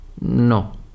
No